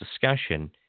discussion